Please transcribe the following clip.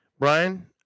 Brian